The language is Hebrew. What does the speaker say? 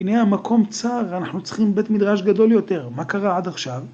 הנה המקום צר, אנחנו צריכים בית מדרש גדול יותר. מה קרה עד עכשיו?